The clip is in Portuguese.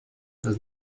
nós